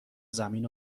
زمین